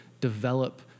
develop